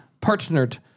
partnered